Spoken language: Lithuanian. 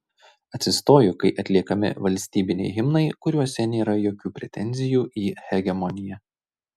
atsistoju kai atliekami valstybiniai himnai kuriuose nėra jokių pretenzijų į hegemoniją